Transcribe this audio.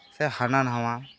ᱥᱮ ᱦᱟᱱᱟᱼᱱᱷᱟᱣᱟ